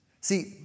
See